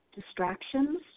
distractions